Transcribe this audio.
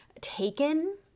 taken